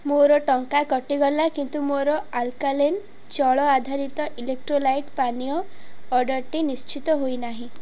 ମୋର ଟଙ୍କା କଟିଗଲା କିନ୍ତୁ ମୋର ଆଲ୍କାଲେନ୍ ଜଳଆଧାରିତ ଇଲେକ୍ଟ୍ରୋଲାଇଟ୍ ପାନୀୟର ଅର୍ଡ଼ର୍ଟି ନିଶ୍ଚିତ ହେଇ ନାହିଁ